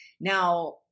Now